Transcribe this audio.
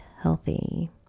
healthy